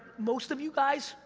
most of you guys,